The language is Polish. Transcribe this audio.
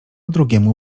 drugiemu